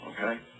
okay